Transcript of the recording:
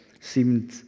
seemed